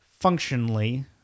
functionally